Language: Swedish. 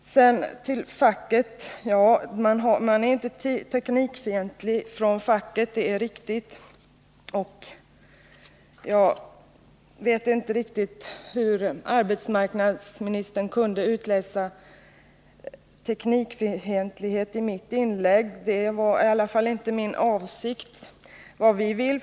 När det gäller facket är det riktigt att man där inte är teknikfientlig. Jag vet inte riktigt hur arbetsmarknadsministern kunde utläsa teknikfientlighet i mitt inlägg. Det var i alla fall inte min avsikt att visa någon sådan.